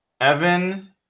evan